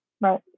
Right